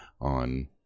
on